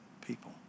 people